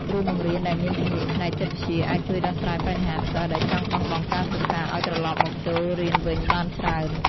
គ្រូបង្រៀនដែលមានជំនាញផ្នែកចិត្តវិទ្យាអាចជួយដោះស្រាយបញ្ហាសិស្សដែលចង់បោះបង់ការសិក្សាឱ្យត្រឡប់មកចូលរៀនវិញបានច្រើន។